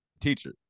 teacher